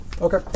Okay